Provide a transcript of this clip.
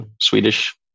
Swedish